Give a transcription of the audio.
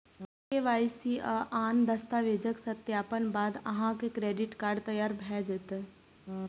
KYC आ आन दस्तावेजक सत्यापनक बाद अहांक क्रेडिट कार्ड तैयार भए जायत